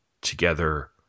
together